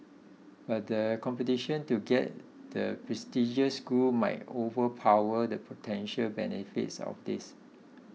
but the competition to get the prestigious school might overpower the potential benefits of this